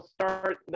start